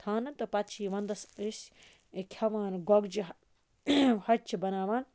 تھاونہٕ تہٕ پَتہ چھ یِوان تَس رِش کھیٚوان گۄگجہِ ہَچہِ چھِ بَناوان